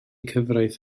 cyfraith